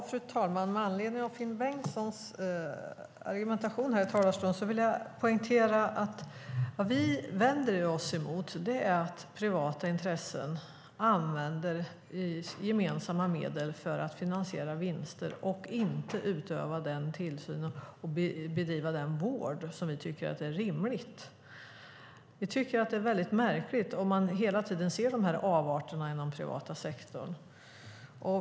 Fru talman! Med anledning av Finn Bengtssons argumentation i talarstolen vill jag poängtera vad vi socialdemokrater vänder oss mot, nämligen att privata intressen använder gemensamma medel för att finansiera vinster och inte utövar den tillsyn och bedriver den vård som vi tycker är rimlig. Vi tycker att det är märkligt att vi hela tiden får se dessa avarter inom den privata sektorn.